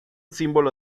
símbolo